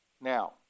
Now